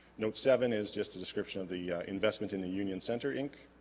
note seven is just a description of the investment in the union center inc